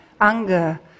anger